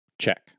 Check